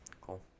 Cool